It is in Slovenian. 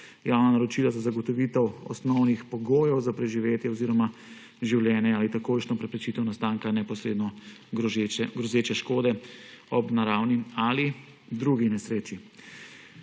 javna naročila za zagotovitev osnovnih pogojev za preživetje oziroma življenje ali takojšnjo preprečitev nastanka neposredno grozeče škode ob naravni ali drugi nesreči.